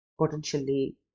potentially